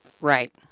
Right